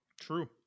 True